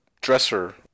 dresser